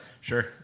Sure